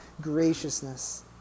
graciousness